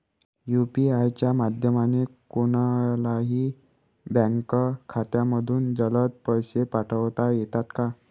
UPI च्या माध्यमाने कोणलाही बँक खात्यामधून जलद पैसे पाठवता येतात का?